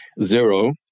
zero